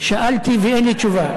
שאלתי ואין לי תשובה.